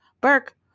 Burke